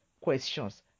questions